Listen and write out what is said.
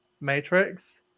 Matrix